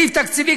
סעיף תקציבי,